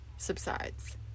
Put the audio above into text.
subsides